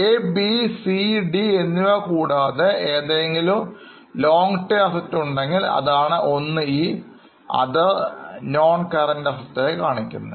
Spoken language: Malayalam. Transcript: എബിസിഡി കൂടാതെ ഏതെങ്കിലും Long Term Assets ഉണ്ടെങ്കിൽ അതാണ് 1 e other noncurrent assets ആയി കാണിക്കുന്നത്